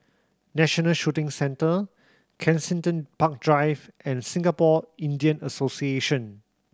National Shooting Centre Kensington Park Drive and Singapore Indian Association